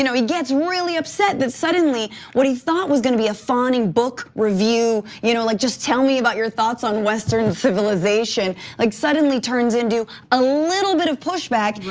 you know he gets really upset that suddenly what he thought was gonna be a fawning book review, you know like just tell me about your thoughts on the western civilization like suddenly turns into a little bit of pushback.